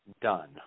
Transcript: done